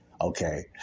okay